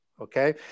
Okay